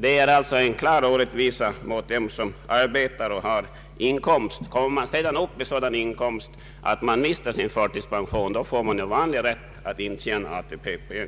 Det är alltså en klar orättvisa mot de många handikappade som arbetar och har inkomster att de inte kan tjäna in ATP. Den som kommer upp i en sådan inkomst att han mister sin förtidspension får naturligtvis rätt att intjäna ATP-poäng.